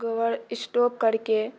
गोबर स्टॉक करिकऽ